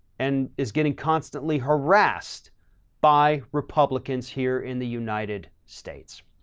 and is getting constantly harassed by republicans here in the united states.